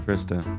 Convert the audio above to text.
Krista